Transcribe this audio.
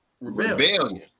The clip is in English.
rebellion